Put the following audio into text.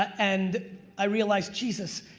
and i realized, jesus,